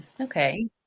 Okay